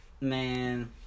man